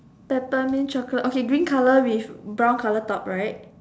peppermint chocolate okay green colour with brown colour top right